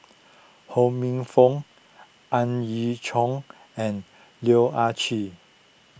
Ho Minfong Ang Yau Choon and Loh Ah Chee